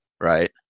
right